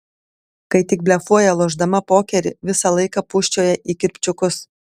kai tik blefuoja lošdama pokerį visą laiką pūsčioja į kirpčiukus